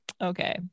Okay